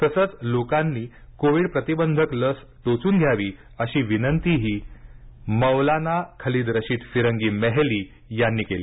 तसंच लोकांनी कोविड प्रतिबंधक लस टोचून घ्यावी अशी विनंतीही मौलाना खालिद रशीद फिरंगी मेहली त्यांनी केली